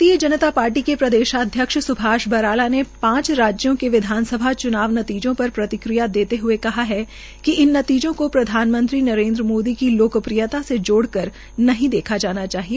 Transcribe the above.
भारतीय जनता पार्टी के प्रदेशाध्यक्ष स्भाष बराला ने पांच राज्यों के विधानसभा च्नाव नतीजों पर प्रतिक्रिया देते ह्ए कहा है कि इन नतीजों को प्रधानमंत्री नरेन्द्र मोदी की लोकप्रियता से जोड़कर नहीं देखा जाना चाहिए